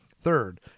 Third